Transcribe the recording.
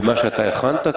במה שאתה הכנת?